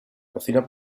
cocina